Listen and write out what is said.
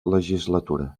legislatura